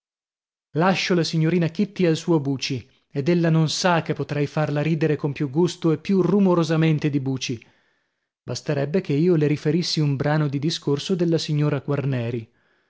lascio la signorina kitty al suo buci ed ella non sa che potrei farla ridere con più gusto e più rumorosamente di buci basterebbe che io le riferissi un brano di discorso della signora quarneri